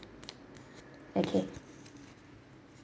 okay